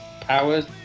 Powers